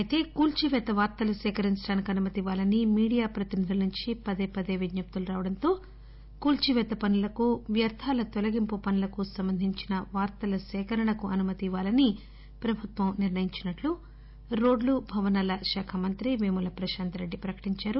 అయితే కూల్చిపేత వార్తలు సేకరించడానికి అనుమతి ఇవ్వాలని మీడియా ప్రతినిధుల నుంచి పదే పదే విజ్ఞప్తులు రావడం తో కూల్చిపేత పనులకు వ్యర్థాల తొలగింపు పనులకు సంబంధించిన వార్తల సేకరణకు అనుమతి ఇవ్వాలని ప్రభుత్వం నిర్ణయించినట్లు రోడ్లు భవనాల శాఖ మంత్రి వేముల ప్రశాంత రెడ్డి ప్రకటించారు